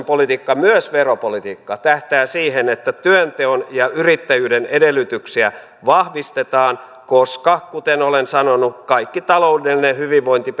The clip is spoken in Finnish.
politiikka myös veropolitiikka tähtää siihen että työnteon ja yrittäjyyden edellytyksiä vahvistetaan koska kuten olen sanonut kaikki taloudellinen hyvinvointi